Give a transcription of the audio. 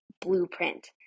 Blueprint